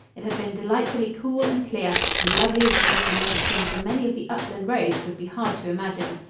it had been delightfully cool and clear, and lovelier views than we had seen from many of the upland roads would be hard to imagine.